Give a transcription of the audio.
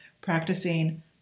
practicing